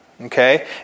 Okay